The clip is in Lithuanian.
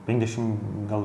penkdešimt gal